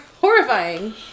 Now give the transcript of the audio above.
horrifying